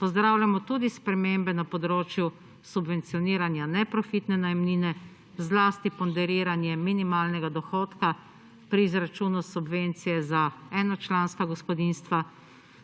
pozdravljamo tudi spremembe na področju subvencioniranje neprofitne najemnine zlasti ponderiranje minimalnega dohodka pri izračunu subvencije za enočlanska gospodinjstva,